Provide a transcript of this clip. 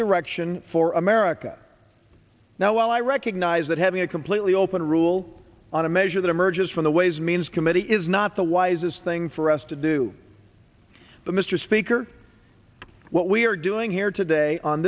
direction for america now while i recognize that having a completely open rule on a measure that emerges from the ways and means committee is not the wisest thing for us to do but mr speaker what we are doing here today on